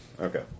Okay